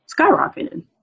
skyrocketed